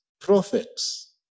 prophets